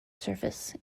surface